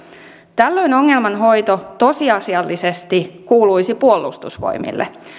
tällöin ongelman hoito tosiasiallisesti kuuluisi puolustusvoimille